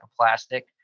plastic